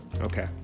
Okay